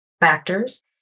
Factors